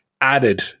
added